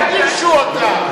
הם גירשו אותה.